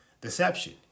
deception